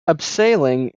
abseiling